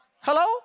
Hello